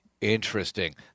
Interesting